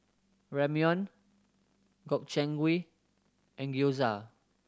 Ramyeon Gobchang Gui and Gyoza